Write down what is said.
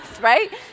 right